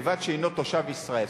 ובלבד שהינו תושב ישראל.